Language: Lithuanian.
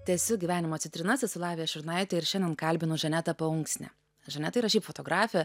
tęsiu gyvenimo citrinas esu lavija šurnaitė ir šiandien kalbinu žanetą paunksnę žaneta yra šiaip fotografė